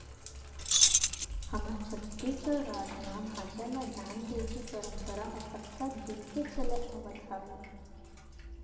हमर छत्तीसगढ़ राज म भांचा ल दान देय के परपंरा ह कतका दिन के चले आवत हावय